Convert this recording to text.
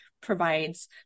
provides